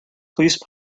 please